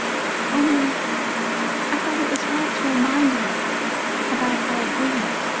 only i thought it was right to remind you about our agreement.